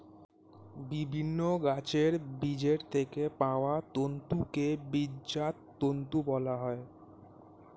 বিভিন্ন গাছের বীজের থেকে পাওয়া তন্তুকে বীজজাত তন্তু বলা হয়